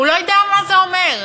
הוא לא יודע מה זה אומר,